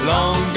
Long